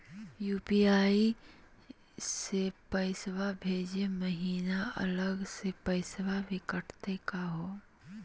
UPI स पैसवा भेजै महिना अलग स पैसवा भी कटतही का हो?